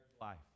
life